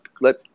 let